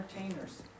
entertainers